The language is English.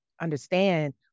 understand